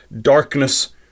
darkness